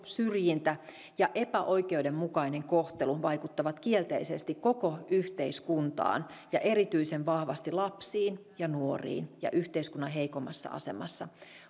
syrjintä ja epäoikeudenmukainen kohtelu vaikuttavat kielteisesti koko yhteiskuntaan ja erityisen vahvasti lapsiin ja nuoriin ja yhteiskunnan heikoimmassa asemassa